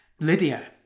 Lydia